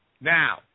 Now